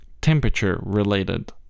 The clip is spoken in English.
temperature-related